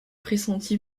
pressenti